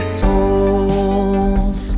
souls